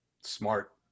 smart